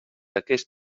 aquest